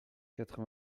quatre